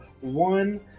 one